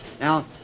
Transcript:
Now